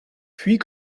puis